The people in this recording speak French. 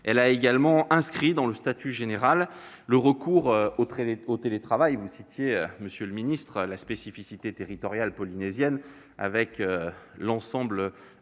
Elle a également inscrit dans le statut général le recours au télétravail- vous évoquiez, monsieur le ministre, la spécificité du territoire polynésien, avec ses